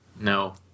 No